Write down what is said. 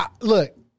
Look